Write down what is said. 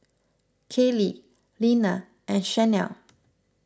Kaley Nina and Shanell